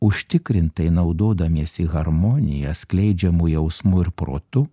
užtikrintai naudodamiesi harmonija skleidžiamu jausmu ir protu